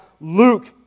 Luke